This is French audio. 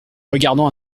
regardant